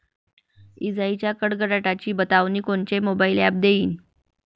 इजाइच्या कडकडाटाची बतावनी कोनचे मोबाईल ॲप देईन?